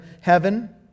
heaven